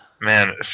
Man